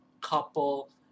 couple